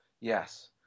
Yes